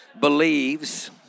believes